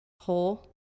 hole